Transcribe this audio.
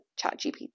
ChatGPT